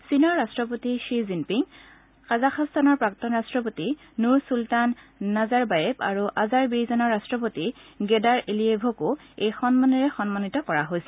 চীনৰ ৰাট্ৰপতি শ্বি জিনপিং কাজাখাস্তানৰ প্ৰাক্তন ৰাট্ৰপতি নুৰ চুলতান নজাৰবায়েব আৰু আজাৰ বেইজানৰ ৰাট্টপতি গেদাৰ এলিয়েভকো এই সন্মানেৰে সন্মানিত কৰা হৈছে